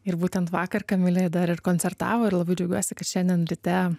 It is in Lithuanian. ir būtent vakar kamilė dar ir koncertavo ir labai džiaugiuosi kad šiandien ryte